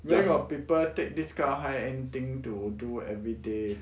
where got people take this kind of high end thing to do everyday